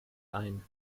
ein